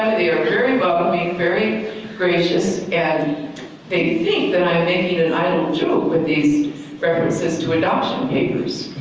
ah they are very welcoming, very gracious and they they think that i am making an idol joke with these references to adoption papers.